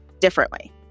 differently